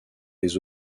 des